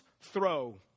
throw